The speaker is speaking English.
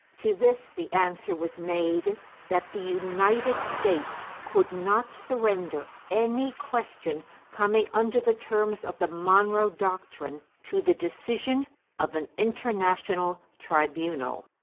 to this the answer was made that the united states could not surrender any question coming under the terms of the monroe doctrine to the decision of an international tribunal.